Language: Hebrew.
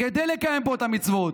כדי לקיים פה את המצוות.